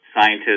scientists